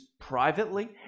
privately